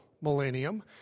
millennium